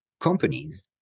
companies